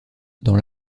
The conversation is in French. dans